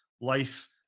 Life